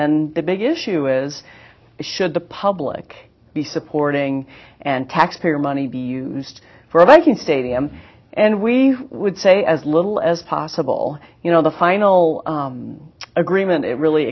then the big issue is should the public be supporting and taxpayer money be used for banking stadiums and we would say as little as possible you know the final agreement it really